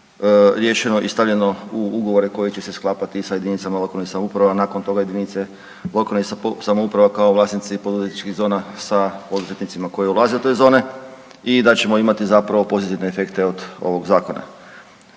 riješeno i stavljeno u ugovore koji će se sklapati sa jedinice lokalne samouprave, a nakon toga jedinici lokalne samouprave kao vlasnici poduzetničkih zona sa poduzetnicima koje ulaze u te zone i da ćemo imati zapravo pozitivne efekte od ovog zakona.